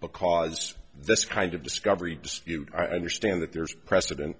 because this kind of discovery dispute i understand that there's precedent